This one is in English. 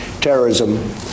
terrorism